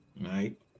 right